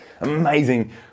Amazing